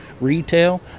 retail